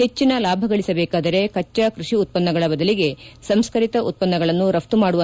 ಹೆಚ್ಚಿನ ಲಾಭ ಗಳಿಸಬೇಕಾದರೆ ಕಚ್ಚಾ ಕೃಷಿ ಉತ್ಪನ್ನಗಳ ಬದಲಿಗೆ ಸಂಸ್ಕರಿತ ಉತ್ಪನ್ನಗಳನ್ನು ರಘ್ತು ಮಾಡವಂತಾಗಬೇಕು